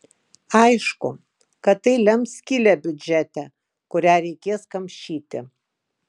aišku kad tai lems skylę biudžete kurią reikės kamšyti